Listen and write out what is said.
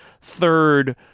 third